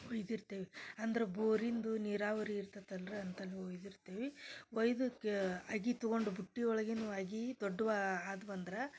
ಒಯ್ದಿರ್ತೇವೆ ಅಂದ್ರೆ ಬೋರಿಂದು ನೀರಾವರಿ ಇರ್ತೈತಲ್ಲ ರೀ ಅಂತಲ್ಲ ಒಯ್ದಿರ್ತೀವಿ ಒಯ್ದಿಕ್ಕೆ ಅಗಿ ತಗೊಂಡು ಬುಟ್ಟಿ ಒಳಗಿನ ಅಗಿ ದೊಡ್ಡವು ಆದ್ವು ಅಂದ್ರೆ